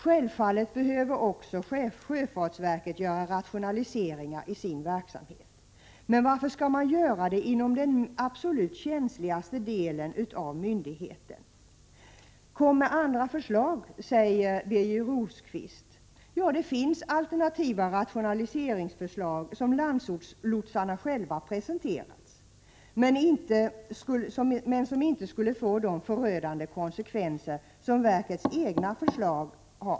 Självfallet behöver också sjöfartsverket göra rationaliseringar i sin verk samhet. Men varför skall man göra det inom den absolut känsligaste delen av myndigheten? Kom med andra förslag, sade Birger Rosqvist. Ja, det finns alternativa rationaliseringsförslag som Landsortslotsarna själva presenterat och som inte skulle få de förödande konsekvenser som verkets egna förslag.